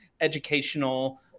educational